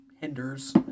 hinders